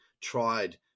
tried